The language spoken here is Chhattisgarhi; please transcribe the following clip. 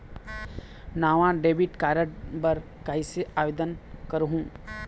नावा डेबिट कार्ड बर कैसे आवेदन करहूं?